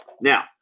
Now